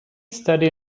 studied